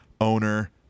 owner